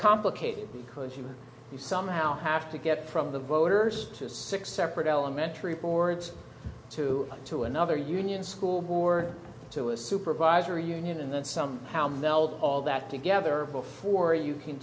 complicated because you know you somehow have to get from the voters to six separate elementary boards to go to another union school board to a supervisor or union and then somehow meld all that together before you can